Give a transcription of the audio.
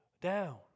down